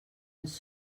ens